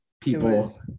people